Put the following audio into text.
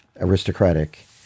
aristocratic